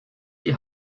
die